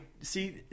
See